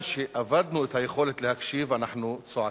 שאיבדנו את היכולת להקשיב, אנחנו צועקים.